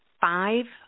five